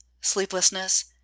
Sleeplessness